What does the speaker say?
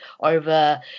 over